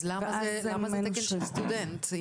אז למה זה תקן של סטודנט?